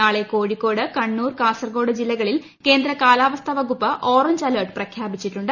നാളെ കോഴിക്കോട് കണ്ണൂർ കാസർഗോഡ് ജില്ലകളിൽ കേന്ദ്ര കാലാവസ്ഥ വകുപ്പ് ഓറഞ്ച് അലർട്ട് പ്രഖ്യാപിച്ചിട്ടുണ്ട്